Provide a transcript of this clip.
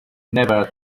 never